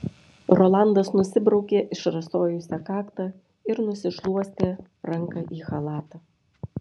rolandas nusibraukė išrasojusią kaktą ir nusišluostė ranką į chalatą